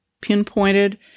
pinpointed